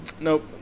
nope